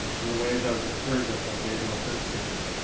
and the ways i was encouraged at them made more sense to me.